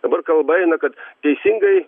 dabar kalba eina kad teisingai